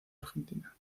argentina